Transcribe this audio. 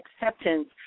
acceptance